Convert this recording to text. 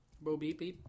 Bo-beep-beep